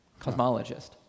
cosmologist